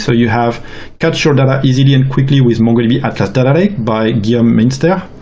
so you have capture data easily and quickly with mongodb atlas data lake by gihom minster.